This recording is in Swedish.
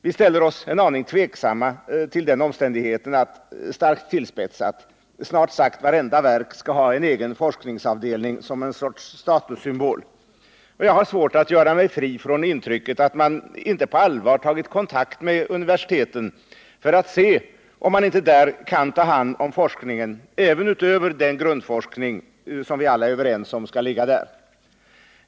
Vi ställer oss en aning tveksamma till den omständigheten att, starkt tillspetsat, snart sagt vartenda verk skall ha en egen forskningsavdelning som en sorts statussymbol. Jag har svårt att göra mig fri från intrycket att man inte på allvar tagit kontakt med universiteten för att se om inte de kan ta hand om forskningen —- även utöver den grundforskning som vi alla är överens om skall ligga där.